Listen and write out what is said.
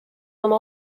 oma